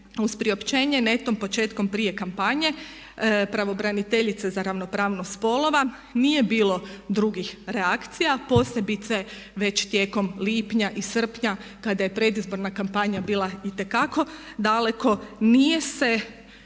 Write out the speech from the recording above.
uz priopćenje netom početkom prije kampanje pravobraniteljica za ravnopravnost spolova nije bilo drugih reakcija posebice već tijekom lipnja i srpnja kada je predizborna kampanja bila itekako daleko nije se